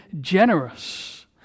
generous